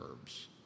herbs